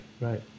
right